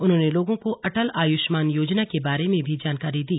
उन्होंने लोगों को अटल आयुष्मान योजना के बारे में भी जानकारी दी